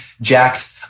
jacked